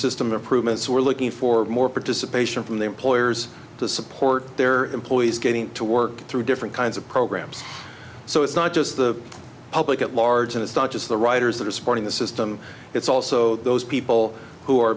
system improvements we're looking for more participation from the employers to support their employees getting to work through different kinds of programs so it's not just the public at large and it's not just the writers that are supporting the system it's also those people who are